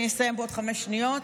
אני אסיים בעוד חמש שניות,